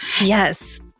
Yes